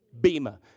bima